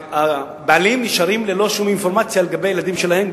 והבעלים נשארים ללא שום אינפורמציה לגבי ילדים שלהם.